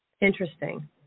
Interesting